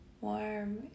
warm